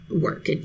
work